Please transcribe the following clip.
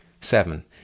Seven